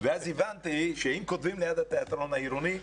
אז הבנתי שאם כותבים ליד התיאטרון העירוני,